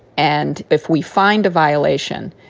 and if we find a violation,